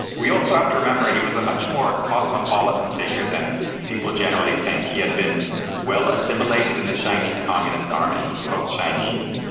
we also have to remember he was a much more cosmopolitan figure than people generally think. he had been well assimilated in the chinese communist army, he spoke chinese,